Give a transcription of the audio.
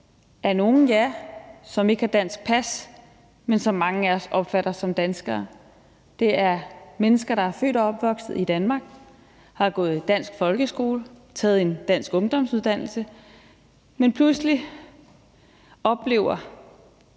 er nogle, som ikke har dansk pas, ja, men som mange af os opfatter som danskere. Det er mennesker, der er født og opvokset i Danmark, har gået i dansk folkeskole, taget en dansk ungdomsuddannelse, men pludselig oplever,